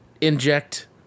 inject